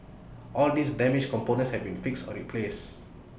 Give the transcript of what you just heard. all these damaged components have been fixed or replaced